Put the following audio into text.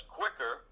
quicker